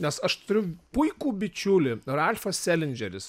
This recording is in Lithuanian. nes aš turiu puikų bičiulį ralfas selindžeris